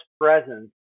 presence